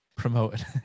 promoted